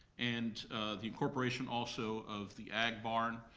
and the incorporation also of the ag barn,